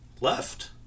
left